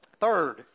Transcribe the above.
Third